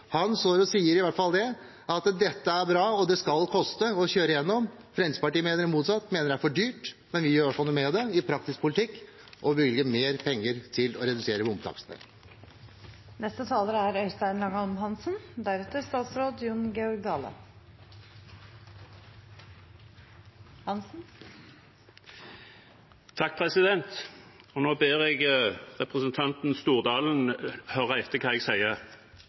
sier i hvert fall at dette er bra, og at det skal koste å kjøre igjennom. Fremskrittspartiet mener det motsatte, at det er for dyrt, men vi gjør i hvert fall noe med det i praktisk politikk – og bevilger mer penger til å redusere